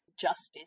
justice